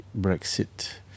Brexit